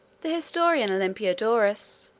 the historian olympiodorus,